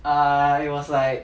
uh it was like